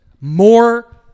more